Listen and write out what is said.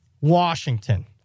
Washington